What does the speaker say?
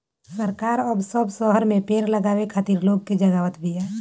सरकार अब सब शहर में पेड़ लगावे खातिर लोग के जगावत बिया